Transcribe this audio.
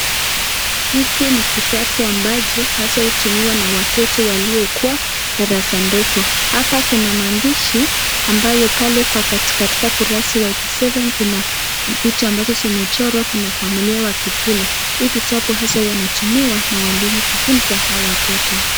Hiki ni kitabu ambacho hasa hutumiwa na watoto waliokuwa darasa ndogo. Hapa kuna maandishi ambayo pale kwa katika ukurasa wa 87 kuna vitu ambazo zimechorwa, kuna familia wakikula. Hii kitabu haswa huwa inatumiwa na walimu kufuza hawa watoto.